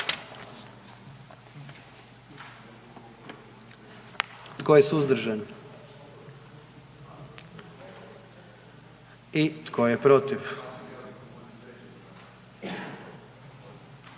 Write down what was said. Tko je suzdržan? I tko je protiv?